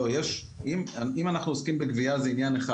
לא, אם אנחנו עוסקים בגבייה זה עניין אחד.